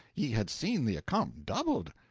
ye had seen the accompt doubled.